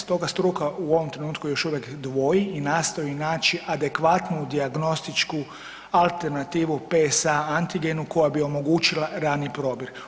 Stoga struka u ovom trenuktu još uvijek dvoji i nastoji naći adekvatnu dijagnostičku alternativu PSA antigen koja bi omogućila rani probir.